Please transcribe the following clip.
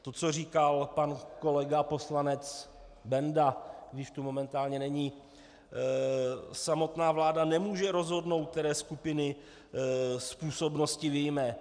To, co říkal pan kolega poslanec Benda, i když tu momentálně není, samotná vláda nemůže rozhodnout, které skupiny z působnosti vyjme.